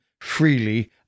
freely